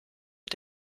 mit